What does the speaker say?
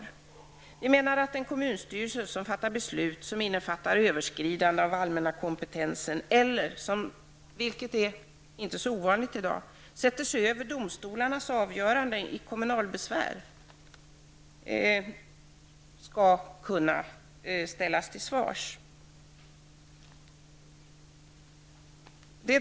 Vi anser t.ex. att en kommunstyrelse som fattar beslut som innebär överskridande av den allmänna kompetensen eller som, vilket i dag inte är så ovanligt, sätter sig över domstolarnas avgörande i kommunalbesvär skall kunna ställas till ansvar.